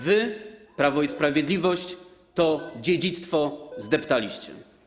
Wy, Prawo i Sprawiedliwość, to dziedzictwo zdeptaliście.